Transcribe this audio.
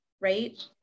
right